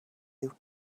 you